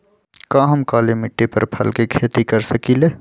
का हम काली मिट्टी पर फल के खेती कर सकिले?